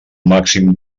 màxim